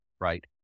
right